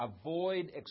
avoid